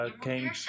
came